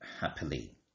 happily